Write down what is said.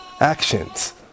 actions